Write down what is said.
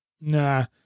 Nah